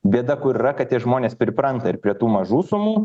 bėda kur yra kad tie žmonės pripranta ir prie tų mažų sumų